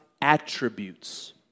attributes